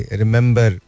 remember